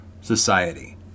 society